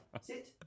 sit